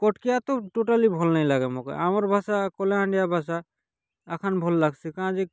କଟକିଆ ତ ଟୋଟାଲି ଭଲ୍ ନାଇ ଲାଗେ ଆମ୍କୁ ଆମର ଭାଷା କଳାହାଣ୍ଡିଆ ଭାଷା ଏଖାନ୍ ଭଲ୍ ଲାଗ୍ସି କାଁ ଜି